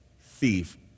thief